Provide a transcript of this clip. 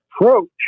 approach